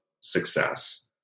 success